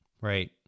Right